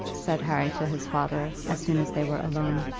said harry to his father, as soon as they were alone.